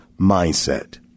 mindset